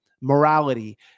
morality